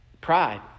Pride